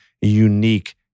unique